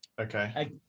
Okay